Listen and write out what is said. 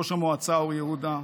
ראש המועצה אור יהודה,